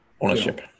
Ownership